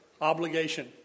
obligation